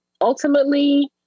ultimately